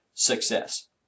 success